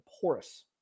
porous